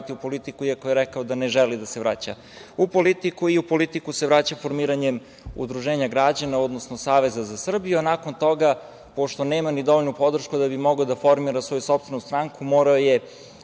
u politiku, iako je rekao da ne želi da se vraća. U politiku se vraća formiranjem udruženja građana, odnosno Saveza za Srbiju, a nakon toga, pošto nema ni dovoljnu podršku da bi mogao da formira svoju sopstvenu stranku, morao je